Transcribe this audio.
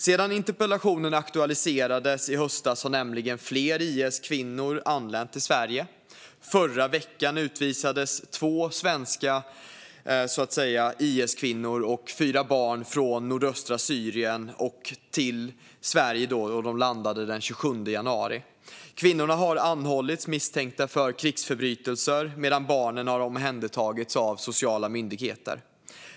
Sedan den aktualiserades i höstas har nämligen fler IS-kvinnor anlänt till Sverige. I förra veckan utvisades två svenska IS-kvinnor och fyra barn från nordöstra Syrien till Sverige. De landade den 27 januari. Kvinnorna har anhållits misstänkta för krigsförbrytelser medan barnen har omhändertagits av sociala myndigheter.